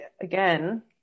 again